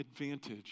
advantage